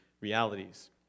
realities